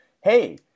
hey